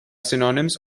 synonyms